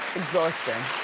exhausting.